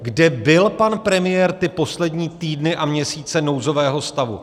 Kde byl pan premiér poslední týdny a měsíce nouzového stavu?